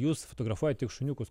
jūs fotografuojat tik šuniukus